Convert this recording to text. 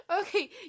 Okay